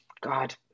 god